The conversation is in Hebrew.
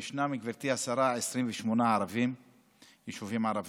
ישנם, גברתי השרה, 28 יישובים ערביים,